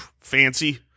Fancy